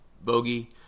Bogey